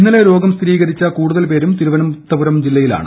ഇന്നലെ രോഗം സ്ഥിരീകരിച്ച കൂടുതൽ പേരും തിരുവനന്തപുരത്താണ്